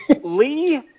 Lee